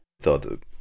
thought